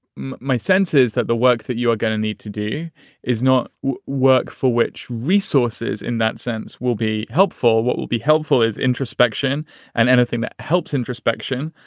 my sense is that the work that you are going to need to do is not work for which resources in that sense will be helpful. what will be helpful is introspection and anything that helps introspection,